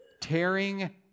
tearing